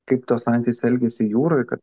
kaip tos antys elgiasi jūroj kad